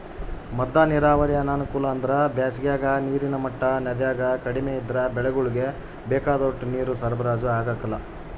ಮದ್ದ ನೀರಾವರಿ ಅನಾನುಕೂಲ ಅಂದ್ರ ಬ್ಯಾಸಿಗಾಗ ನೀರಿನ ಮಟ್ಟ ನದ್ಯಾಗ ಕಡಿಮೆ ಇದ್ರ ಬೆಳೆಗುಳ್ಗೆ ಬೇಕಾದೋಟು ನೀರು ಸರಬರಾಜು ಆಗಕಲ್ಲ